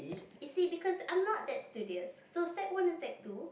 you see because I'm not that studious so sec one and sec two